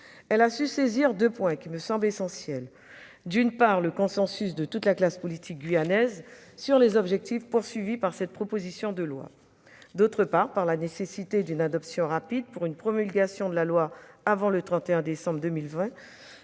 Elle a su saisir deux points qui me semblent essentiels : d'une part, le consensus de toute la classe politique guyanaise sur les objectifs visés par cette proposition de loi ; d'autre part, la nécessité d'une adoption rapide, pour une promulgation de la loi avant le 31 décembre 2020,